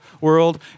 world